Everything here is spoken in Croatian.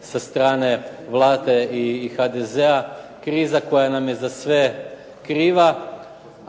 sa strane Vlade i HDZ-a. Kriza koja nam je za sve kriva,